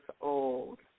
old